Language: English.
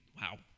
Wow